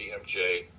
BMJ